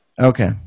Okay